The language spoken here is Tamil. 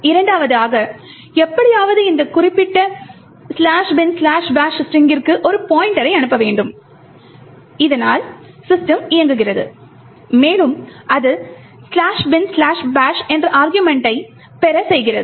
இரண்டாவதாக எப்படியாவது இந்த குறிப்பிட்ட "binbash" ஸ்ட்ரிங்கிற்க்கு ஒரு பாய்ண்ட்டரை அனுப்ப வேண்டும் இதனால் system இயங்குகிறது மேலும் அது "binbash" என்ற அருகுமெண்ட்டை பெற செய்கிறது